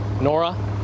Nora